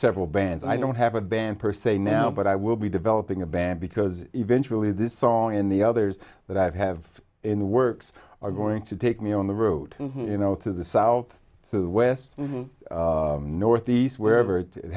several bands i don't have a band per se now but i will be developing a band because eventually this song in the others that i have in the works are going to take me on the road you know to the south to the west northeast wherever it